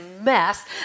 mess